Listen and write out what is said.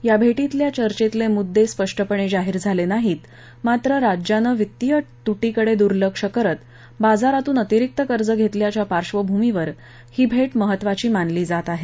या भेटीतल्या चर्चेतले मुद्दे स्पष्ट नाहीत मात्र राज्यानं वित्तीय तुटीकडे द्र्लक्ष करत बाजारातून अतिरिक्त कर्ज घेतल्याच्या पार्श्वभूमीवर ही भेट महत्त्वाची मानली जात आहे